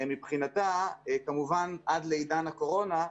כמובן עד לעידן הקורונה,